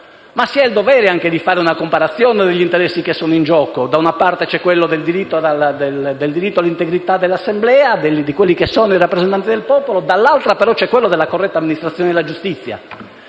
ma si ha il dovere di fare una comparazione degli interessi in gioco: da una parte c'è il diritto all'integrità dell'Assemblea e dei rappresentanti del popolo e, dall'altra, c'è quello della corretta amministrazione della giustizia.